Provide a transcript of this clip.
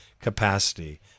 capacity